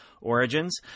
origins